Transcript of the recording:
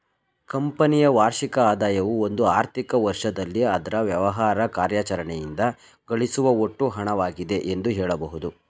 ಕಂಪನಿಯ ವಾರ್ಷಿಕ ಆದಾಯವು ಒಂದು ಆರ್ಥಿಕ ವರ್ಷದಲ್ಲಿ ಅದ್ರ ವ್ಯವಹಾರ ಕಾರ್ಯಾಚರಣೆಯಿಂದ ಗಳಿಸುವ ಒಟ್ಟು ಹಣವಾಗಿದೆ ಎಂದು ಹೇಳಬಹುದು